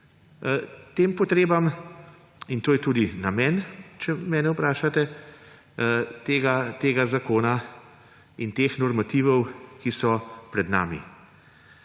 tem potrebam in to je tudi namen, če mene vprašate, tega zakona in teh normativov, ki so pred nami.